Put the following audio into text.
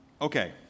Okay